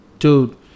Dude